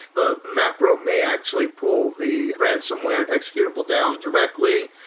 the macro may actually pull the ransomware executable down directly.